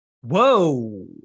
Whoa